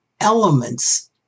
elements